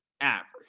average